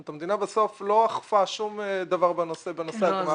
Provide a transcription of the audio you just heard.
כלומר המדינה לא אכפה בסוף שום דבר בנושא הגמ"חים.